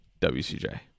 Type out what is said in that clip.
WCJ